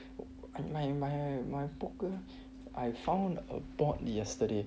my my my poker I found a bot yesterday